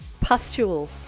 Pustule